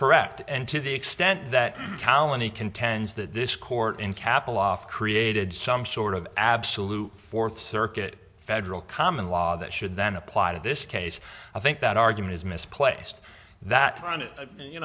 correct and to the extent that colony contends that this court in capital off created some sort of absolute fourth circuit federal common law that should then apply to this case i think that argument is misplaced that